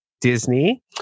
Disney